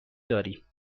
داریم